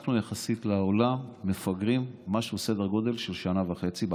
יחסית לעולם אנחנו מפגרים משהו בסדר גודל של שנה וחצי בפריסה.